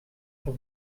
paar